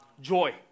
Joy